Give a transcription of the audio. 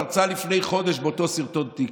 פרצה לפני חודש באותו סרטון טיקטוק.